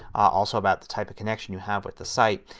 also about the type of connection you have with the site.